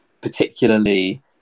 particularly